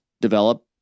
develop